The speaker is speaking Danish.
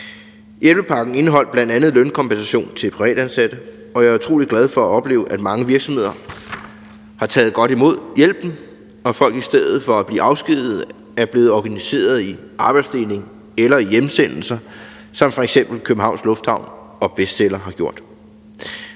Hjælpepakken indeholder bl.a. lønkompensation til privatansatte, og jeg er utrolig glad for at opleve, at mange virksomheder har taget godt imod hjælpen, og at folk i stedet for at blive afskediget er blevet organiseret i arbejdsdeling eller hjemsendelse, som f.eks. Københavns Lufthavn og Bestseller har gjort.